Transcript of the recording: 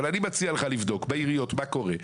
אני מציע לך לבדוק מה קורה בעיריות.